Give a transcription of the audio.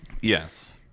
Yes